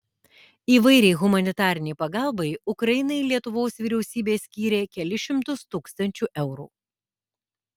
įvairiai humanitarinei pagalbai ukrainai lietuvos vyriausybė skyrė kelis šimtus tūkstančių eurų